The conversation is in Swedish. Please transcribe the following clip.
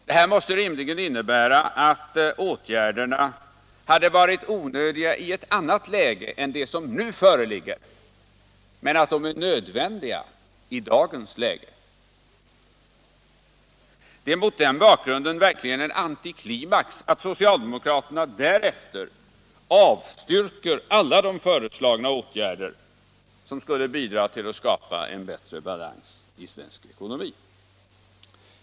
Detta måste rimligen innebära att åtgärderna hade varit onödiga i ett annat läge än det som nu föreligger, men att de är nödvändiga i dagens läge, Det är mot den bakgrunden verkligen en antiklimax att socialdemokraterna därefter avstyrker alla föreslagna åtgärder som skulle bidra till att skapa en bättre balans i svensk ekonomi.